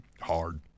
Hard